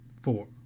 Four